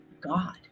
God